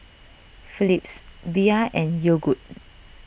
Philips Bia and Yogood